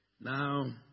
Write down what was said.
Now